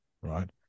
Right